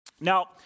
Now